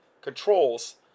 controls